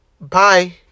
Bye